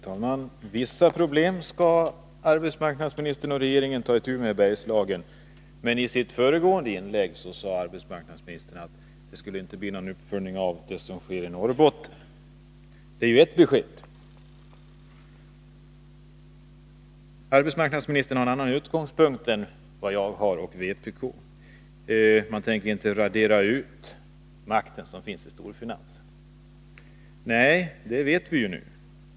Herr talman! Vissa problem i Bergslagen skall arbetsmarknadsministern och regeringen ta itu med, säger arbetsmarknadsministern. Men i sitt föregående inlägg sade arbetsmarknadsministern att det inte skulle bli någon uppföljning av det som sker i Norrbotten. Och det är ju ett besked. Arbetsmarknadsministern har en annan utgångspunkt än vpk och jag. Man tänker inte radera ut den makt som finns i storfinansen. Nej, det vet vi ju nu.